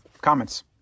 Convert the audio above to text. Comments